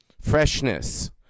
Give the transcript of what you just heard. freshness